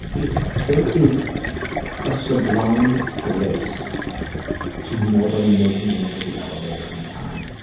it, there is a sublime bliss to nobody making it into the elevator in time,